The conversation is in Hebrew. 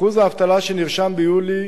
אחוז האבטלה שנרשם ביולי,